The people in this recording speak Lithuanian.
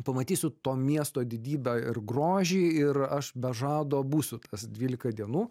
pamatysiu to miesto didybę ir grožį ir aš be žado būsiu tas dvylika dienų